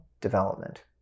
development